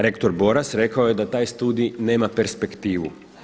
Rektor Boras rekao je da taj studij nema perspektivu.